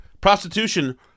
prostitution